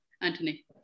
Anthony